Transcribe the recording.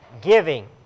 giving